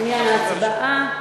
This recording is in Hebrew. מניין ההצבעה: